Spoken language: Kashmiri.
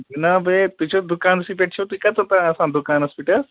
جناب ہے تُہۍ چھو دُکانسے پیٚٹھ چھِ وم تُہۍ کٔژَن تانۍ آسان دُکانس پیٚٹھ حظ